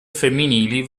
femminili